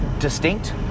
Distinct